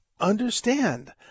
understand